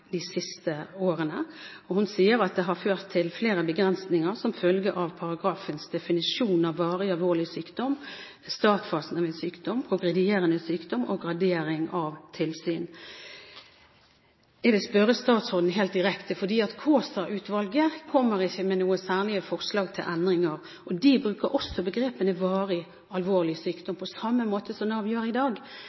de siste årene, og hun sier: «Dette har ført til flere begrensninger som følge av paragrafenes definisjon av varig, alvorlig sykdom, startfasen av en sykdom, progredierende sykdom og gradering av tilsyn.» Jeg vil spørre statsråden helt direkte, for Kaasa-utvalget kommer ikke med noen særlige forslag til endringer, og de bruker også begrepene «varig, alvorlig sykdom», på samme måte som Nav gjør i dag.